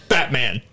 Batman